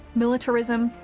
militarism,